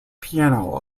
piano